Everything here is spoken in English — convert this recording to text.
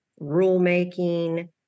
rulemaking